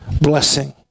blessing